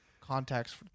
contacts